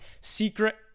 secret